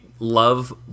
love